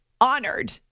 honored